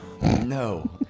No